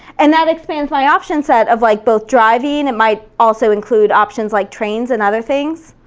and that expands my option set of like both driving, it might also include options like trains and other things.